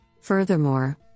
Furthermore